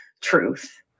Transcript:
truth